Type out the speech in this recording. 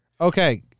Okay